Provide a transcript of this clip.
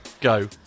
go